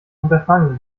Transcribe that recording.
unterfangen